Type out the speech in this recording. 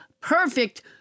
perfect